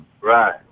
Right